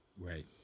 Right